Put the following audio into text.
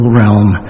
realm